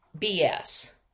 BS